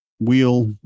wheel